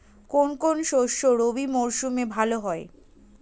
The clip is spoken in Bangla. কোন কোন শস্য রবি মরশুমে ভালো হয়?